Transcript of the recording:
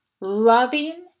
loving